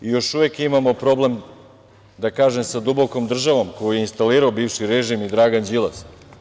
Još imamo problem, da tako kažem, sa dubokom državom, koji je instalirao bivši režim i Dragan Đilas.